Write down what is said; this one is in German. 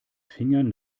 fingern